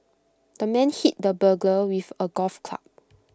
the man hit the burglar with A golf club